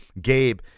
Gabe